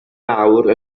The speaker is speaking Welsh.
nawr